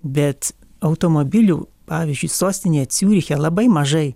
bet automobilių pavyzdžiui sostinė ciūriche labai mažai